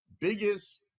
biggest